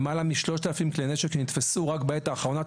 למעלה מ-3,000 כלי נשק שנתפסו רק בעת האחרונה,